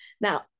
Now